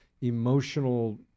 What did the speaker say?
emotional